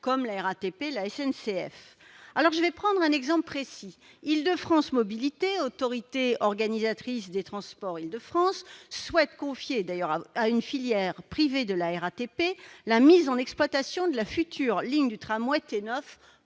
comme la RATP et la SNCF. Je vais prendre un exemple précis. Île-de-France Mobilités, autorité organisatrice de transport en Île-de-France, souhaite confier à une filiale privée de la RATP la mise en exploitation de la future ligne du tramway T9,